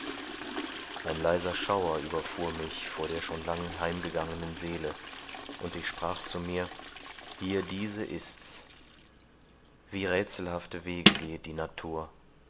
ein leiser schauer überfuhr mich vor der so lang schon heimgegangenen seele und ich sprach zu mir hier diese ist's wie räthselhafte wege gehet die natur